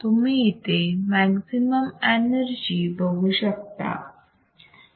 तुम्ही इथे maximum electrostatic energy बघू शकता